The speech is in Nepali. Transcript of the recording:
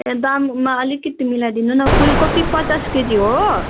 ए दाममा अलिकति मिलाइदिनु न फुलकोपी पचास केजी हो